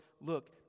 look